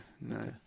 no